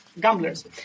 gamblers